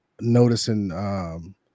noticing